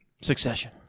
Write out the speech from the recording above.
Succession